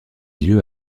lieu